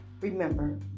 Remember